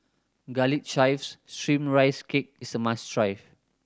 Garlic Chives Steamed Rice Cake is a must try